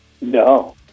No